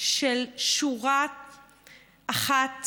בשורה אחת